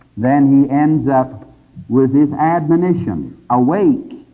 then he ends up with this admonition awake!